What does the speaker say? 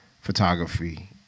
photography